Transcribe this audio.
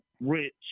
rich